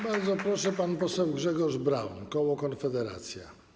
Bardzo proszę, pan poseł Grzegorz Braun, koło Konfederacja.